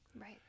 Right